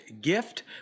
gift